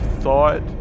thought